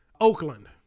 Oakland